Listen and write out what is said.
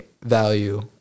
value